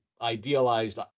idealized